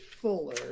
fuller